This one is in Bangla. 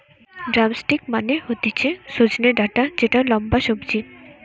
ড্রামস্টিক মানে হতিছে সজনে ডাটা যেটা লম্বা সবজি